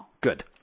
Good